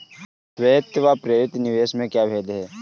स्वायत्त व प्रेरित निवेश में क्या भेद है?